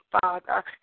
father